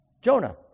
Jonah